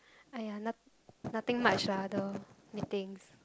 uh !aiya! nothing much lah the meeting